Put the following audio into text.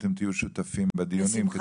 אתם תהיו שותפים בדיונים.